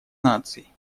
наций